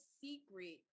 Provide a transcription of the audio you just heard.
secret